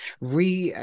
re